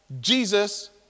Jesus